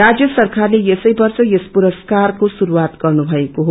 राजय सरकारले यसैबर्ष यस पुरसकारको शुरूआत गर्नुभएको हो